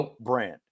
brand